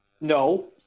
no